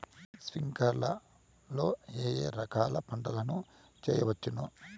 స్ప్రింక్లర్లు లో ఏ ఏ రకాల పంటల ను చేయవచ్చును?